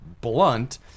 blunt